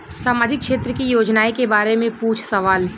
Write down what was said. सामाजिक क्षेत्र की योजनाए के बारे में पूछ सवाल?